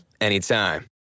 anytime